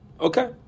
Okay